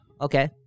Okay